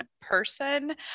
person